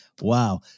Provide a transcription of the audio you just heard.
Wow